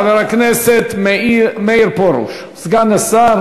חבר הכנסת סגן השר